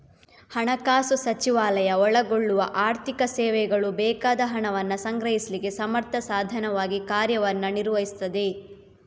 ಹಣಕಾಸು ಸಚಿವಾಲಯ ಒಳಗೊಳ್ಳುವ ಆರ್ಥಿಕ ಸೇವೆಗಳು ಬೇಕಾದ ಹಣವನ್ನ ಸಂಗ್ರಹಿಸ್ಲಿಕ್ಕೆ ಸಮರ್ಥ ಸಾಧನವಾಗಿ ಕಾರ್ಯವನ್ನ ನಿರ್ವಹಿಸ್ತದೆ